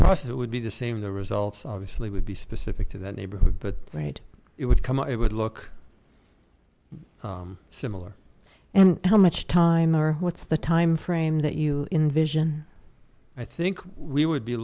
process would be the same the results obviously would be specific to that neighborhood but wait it would come out it would look similar and how much time or what's the time frame that you envision i think we would be